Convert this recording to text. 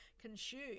consume